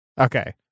Okay